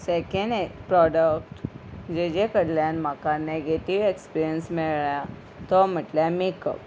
second हे product जेजे कडल्यान म्हाका नेगेटीव एक्सपिरियंस मेळ्ळ्या तो म्हटल्यार मेकअप